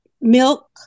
milk